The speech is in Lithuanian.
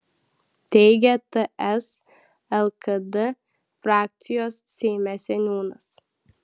teigia ts lkd frakcijos seime seniūnas